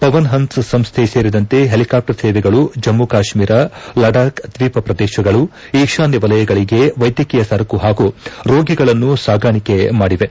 ಪವನ್ಪನ್ಸ್ ಸಂಸ್ಟೆ ಸೇರಿದಂತೆ ಪೆಲಿಕಾಪ್ಟರ್ ಸೇವೆಗಳು ಜಮ್ಮ ಕಾಶ್ಮೀರ ಲಡಾಕ್ ದ್ವೀಪ ಪ್ರದೇಶಗಳು ಈಶಾನ್ಯ ವಲಯಗಳಿಗೆ ವೈದ್ಯಕೀಯ ಸರಕು ಪಾಗೂ ರೋಗಿಗಳನ್ನು ಸಾಗಾಣಿಕೆ ಮಾಡಿವೆ